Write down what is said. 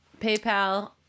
paypal